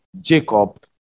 Jacob